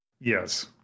Yes